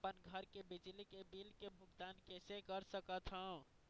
अपन घर के बिजली के बिल के भुगतान कैसे कर सकत हव?